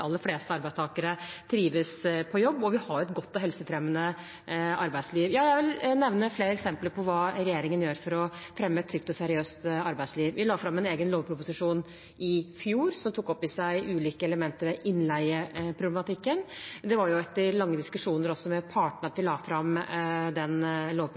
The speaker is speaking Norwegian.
aller fleste arbeidstakere trives på jobb, og vi har et godt og helsefremmende arbeidsliv. Jeg vil nevne flere eksempler på hva regjeringen gjør for å fremme et trygt og seriøst arbeidsliv. Vi la fram en egen lovproposisjon i fjor som tok opp i seg ulike elementer ved innleieproblematikken, og det var etter lange diskusjoner også med partene at vi la fram den